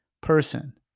person